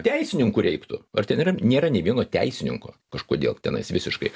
teisininkų reiktų ar ten yra nėra nė vieno teisininko kažkodėl tenais visiškai